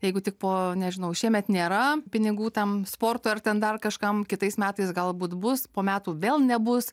jeigu tik po nežinau šiemet nėra pinigų tam sportui ar ten dar kažkam kitais metais galbūt bus po metų vėl nebus